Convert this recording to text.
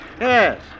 Yes